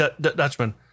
Dutchman